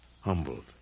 humbled